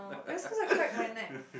that's because I crack my neck